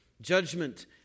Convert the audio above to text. judgment